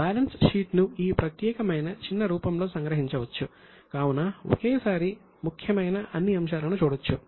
balance sheet ను ఈ ప్రత్యేకమైన చిన్న రూపంలో సంగ్రహించవచ్చు కావున ఒకేసారి ముఖ్యమైన అన్ని అంశాలను చూడొచ్చు